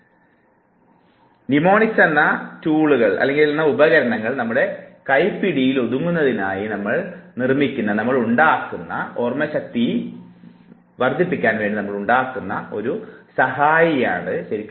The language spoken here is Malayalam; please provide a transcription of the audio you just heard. അടിസ്ഥാനപരമായി നിമോണിക്സ് ഉപകരണങ്ങൾ നമ്മുടെ കൈപ്പിടിയിലൊതുങ്ങുന്നതുമായി നിർമ്മിച്ചുകൊണ്ട് നമ്മുടെ ഓർമ്മയുമായി ബന്ധപ്പെടുത്തി വളരെ എളുപ്പത്തിൽ ഓർമ്മിക്കാൻ സഹായിക്കുന്നു